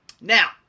Now